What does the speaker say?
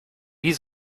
wie